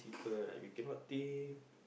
people like we cannot think